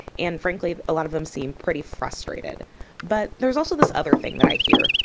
and frankly, a lot of them seem pretty frustrated but there's also this other thing that i hear.